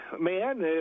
man